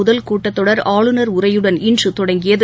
முதல் கூட்டத் தொடர் ஆளுநர் உரையுடன் இன்றதொடங்கியது